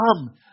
Come